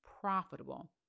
profitable